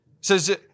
says